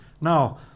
Now